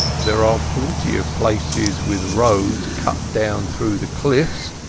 there are plenty of places with roads cut down through the cliffs,